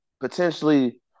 potentially